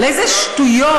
על איזה שטויות.